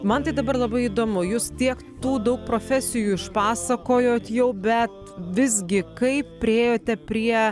man tai dabar labai įdomu jūs tiek daug profesijų išpasakojot jau bet visgi kaip priėjote prie